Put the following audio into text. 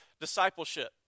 discipleship